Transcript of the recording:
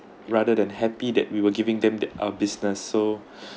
rather than happy that we were giving them that uh business so